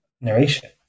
narration